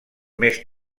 més